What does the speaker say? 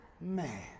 Man